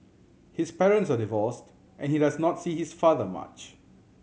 his parents are divorced and he does not see his father much